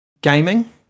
Gaming